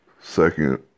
Second